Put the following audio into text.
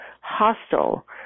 hostile